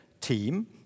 team